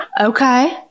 Okay